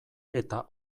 eta